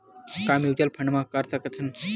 का mutual fund म कर सकत हन?